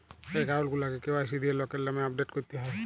account গুলাকে KYC দিঁয়ে লকের লামে আপডেট ক্যরতে হ্যয়